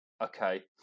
Okay